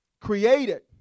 created